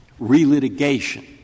relitigation